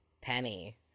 Penny